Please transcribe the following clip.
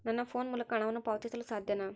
ನನ್ನ ಫೋನ್ ಮೂಲಕ ಹಣವನ್ನು ಪಾವತಿಸಲು ಸಾಧ್ಯನಾ?